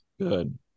good